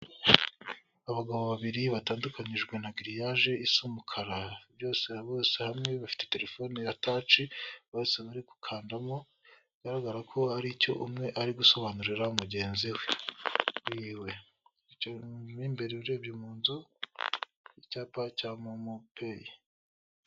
Abagabo babiri batandukanyijwe na gereyage isa umukara, byose bose hamwe bafite telefone ya taci bose bari gukandamo bigaragara ko ari icyo umwe ari gusobanurira mugenzi we wiwe mu imbere urebye mu nzu, hari icyapa cya momopeyi.